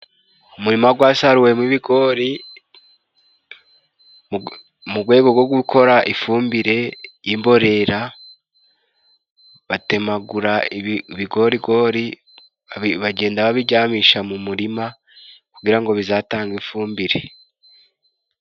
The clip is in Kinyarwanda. Umurima gwasaruwemo ibigori mu gwego go gukora ifumbire y'imborera, batemagura ibigorigori bagenda babijyamisha mu murima kugira ngo bizatange ifumbire.